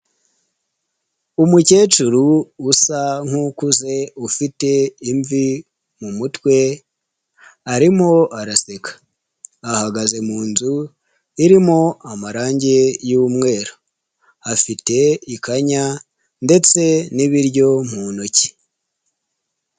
Umukecuru usa nk'ukuze ufite imvi mu mutwe arimo araseka, ahagaze mu nzu irimo amarange y'umweru, afite ikanya ndetse n'ibiryo mu ntoki.